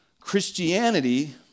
Christianity